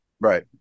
Right